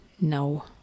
No